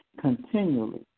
continually